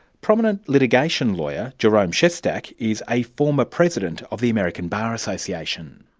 prominent litigation lawyer, jerome shestack, is a former president of the american bar association.